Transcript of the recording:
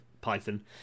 python